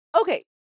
Okay